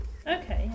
Okay